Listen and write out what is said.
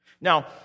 Now